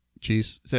cheese